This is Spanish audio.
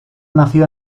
nació